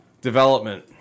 development